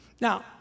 Now